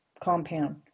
compound